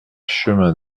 chemin